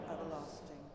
everlasting